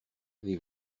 avez